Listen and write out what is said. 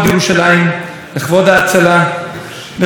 תודה מיוחדת לאישה יקרה וגדולה,